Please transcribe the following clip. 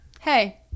hey